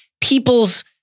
people's